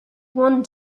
one